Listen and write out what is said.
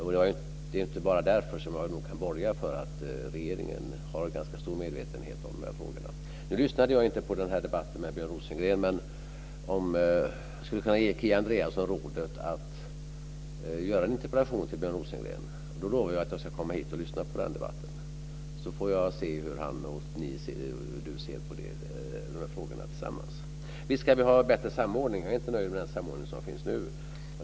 Men det är inte bara därför som jag kan borga för att regeringen har en ganska stor medvetenhet i de här frågorna. Jag lyssnade inte på debatten med Björn Rosengren men jag skulle kunna ge Kia Andreasson rådet att framställa en interpellation till Björn Rosengren. Jag lovar att då komma hit för att lyssna på debatten. Då får jag se hur ni båda tillsammans ser på de här frågorna. Visst ska vi ha en bättre samordning. Jag är inte nöjd med den samordning som nu finns.